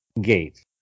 Gate